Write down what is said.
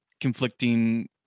conflicting